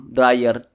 dryer